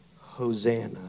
Hosanna